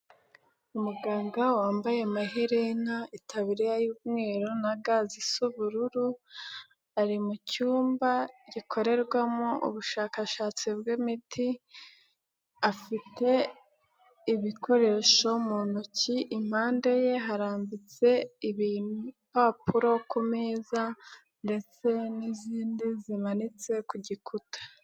Umuganga wambaye amaherena, itabiriya y'umweru na ga z'ubururu ari mu cyumba gikorerwamo ubushakashatsi bw'imiti afite ibikoresho mu ntoki. Impande ye harambitse ibipapuro ku meza ndetse n'izindi zimanitse ku gikuta.